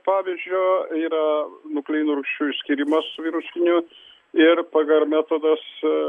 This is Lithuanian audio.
pavyzdžio yra nukleino rūgščių išskyrimas virusinių ir pgr metodas